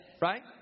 right